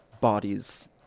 bodies